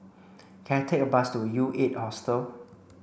can I take a bus to U eight Hostel